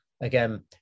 Again